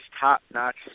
top-notch